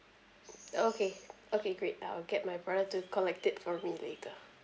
okay okay great I'll get my brother to collect it from you later